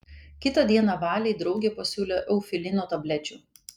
kitą dieną valei draugė pasiūlė eufilino tablečių